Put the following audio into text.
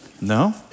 No